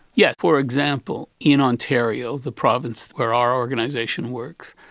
yeah for example, in ontario, the province where our organisation works,